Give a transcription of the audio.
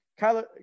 Kyler